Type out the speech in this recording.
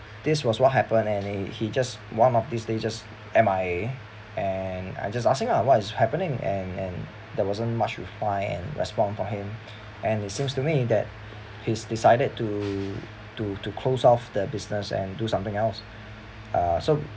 this was what happen and and he just one of these days he just M_I_A and I just ask him lah what was happening and and there wasn't much reply and respond from him and it seems to me that he's decided to to to close off the business and do something else so